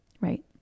right